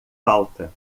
falta